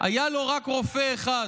היה לו רק רופא אחד.